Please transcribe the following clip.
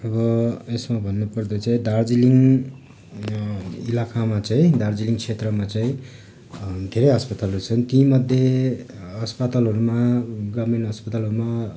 अब यसमा भन्नु पर्दा चाहिँ दार्जिलिङ इलाकामा चाहिँ दार्जिलिङ क्षेत्रमा चाहिँ धेरै अस्पतालहरू छन् तीमध्ये अस्पतालहरूमा गभर्नमेन्ट अस्पतालहरूमा